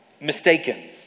mistaken